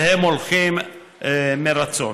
והם הולכים מרצון.